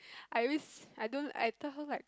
I always I don't I doesn't like